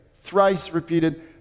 thrice-repeated